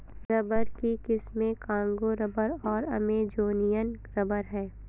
rubber की किस्में Congo rubber और अमेजोनियन रबर हैं